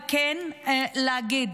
להגיד: